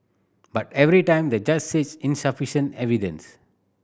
but every time the judge says insufficient evidence